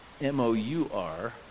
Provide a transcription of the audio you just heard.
M-O-U-R